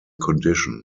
condition